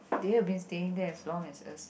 they have been staying there as long as us